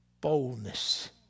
boldness